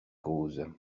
cause